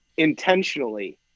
intentionally